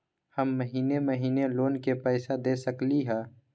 हम महिने महिने लोन के पैसा दे सकली ह?